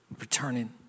returning